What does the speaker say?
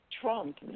Trump